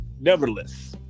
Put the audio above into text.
nevertheless